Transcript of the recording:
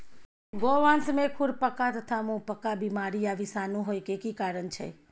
गोवंश में खुरपका तथा मुंहपका बीमारी आ विषाणु होय के की कारण छै?